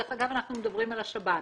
דרך אגב, אנחנו מדברים על השב"ן.